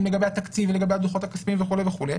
לגבי התקציב ולגבי הדוחות הכספיים וכולי וכולי,